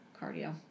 cardio